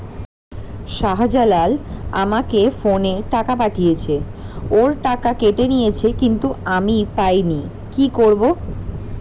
শাহ্জালাল আমাকে ফোনে টাকা পাঠিয়েছে, ওর টাকা কেটে নিয়েছে কিন্তু আমি পাইনি, কি করব?